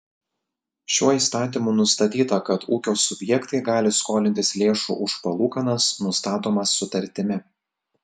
šiuo įstatymu nustatyta kad ūkio subjektai gali skolintis lėšų už palūkanas nustatomas sutartimi